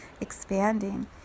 expanding